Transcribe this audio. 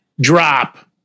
drop